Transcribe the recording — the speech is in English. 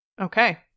Okay